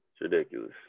ridiculous